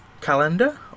calendar